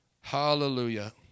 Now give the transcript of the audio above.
Hallelujah